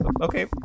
okay